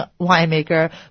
winemaker